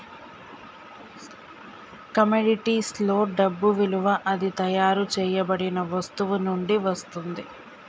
కమోడిటీస్లో డబ్బు విలువ అది తయారు చేయబడిన వస్తువు నుండి వస్తుంది